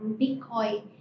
Bitcoin